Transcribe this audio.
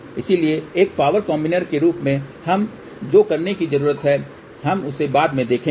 इसलिए एक power combiner के रूप में हमें जो करने की जरूरत है हम उसे बाद में देखेंगे